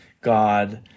God